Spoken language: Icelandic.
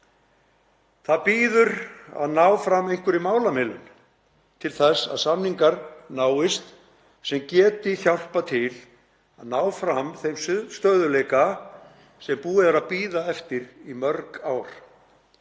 Það bíður að ná fram einhverri málamiðlun til þess að samningar náist sem getur hjálpað til að ná fram þeim stöðugleika sem búið er að bíða eftir í mörg ár.